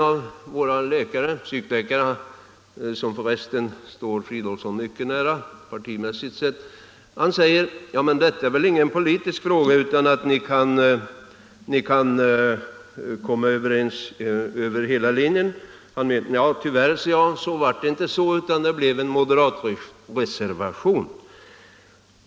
Till det sade en psykiater — som för resten står herr Fridolfsson mycket nära partimässigt: Men detta är väl ingen politisk fråga utan ni kan väl komma överens över hela linjen. Tyvärr, sade jag, var det inte möjligt, utan det blev en moderat reservation.